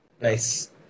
Nice